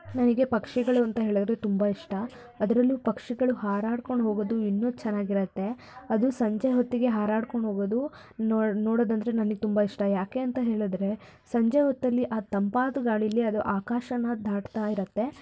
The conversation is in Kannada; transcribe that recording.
ನನಗೆ ಪಕ್ಷಿಗಳು ಅಂತ ಹೇಳಿದ್ರೆ ತುಂಬ ಇಷ್ಟ ಅದರಲ್ಲೂ ಪಕ್ಷಿಗಳು ಹಾರಾಡ್ಕೊಂಡು ಹೋಗೋದು ಇನ್ನೂ ಚೆನ್ನಾಗಿರತ್ತೆ ಅದು ಸಂಜೆ ಹೊತ್ತಿಗೆ ಹಾರಾಡ್ಕೊಂಡು ಹೋಗೋದು ನೋಡ್ ನೋಡೋದಂದ್ರೆ ನನಗೆ ತುಂಬ ಇಷ್ಟ ಯಾಕೆ ಅಂತ ಹೇಳಿದ್ರೆ ಸಂಜೆ ಹೊತ್ತಲ್ಲಿ ಅದು ತಂಪಾದ ಗಾಳೀಲಿ ಅದು ಆಕಾಶಾನ ದಾಟ್ತಾ ಇರತ್ತೆ